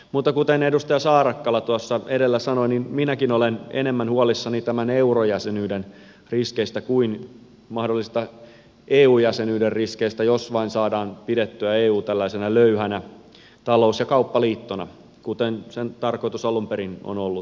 mutta kuten edustaja saarakkala tuossa edellä sanoi niin minäkin olen enemmän huolissani tämän eurojäsenyyden riskeistä kuin mahdollisista eu jäsenyyden riskeistä jos vain saadaan pidettyä eu tällaisena löyhänä talous ja kauppaliittona kuten sen tarkoitus alun perin on ollutkin